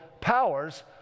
powers